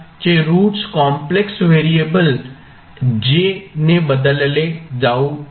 चे roots complex variable j ने बदलले जाऊ शकते